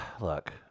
look